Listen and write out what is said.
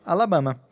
Alabama